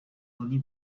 only